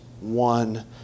one